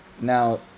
Now